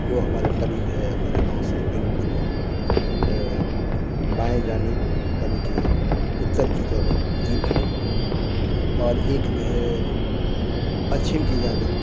جو ہمارے قریب ہے ہمارے گاؤں سے بالکل بائیں جانب یعنی کہ اتّر کی جانب تین کلو میٹر پر اور ایک جو ہے پچھم کی جانب